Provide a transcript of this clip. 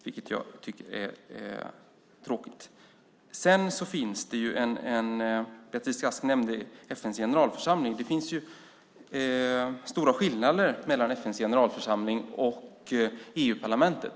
Det tycker jag är tråkigt. Beatrice Ask nämnde FN:s generalförsamling. Det finns ju stora skillnader mellan FN:s generalförsamling och EU-parlamentet.